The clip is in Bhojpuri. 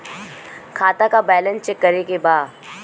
खाता का बैलेंस चेक करे के बा?